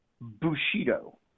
Bushido